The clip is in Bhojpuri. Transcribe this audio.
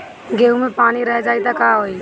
गेंहू मे पानी रह जाई त का होई?